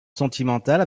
sentimentale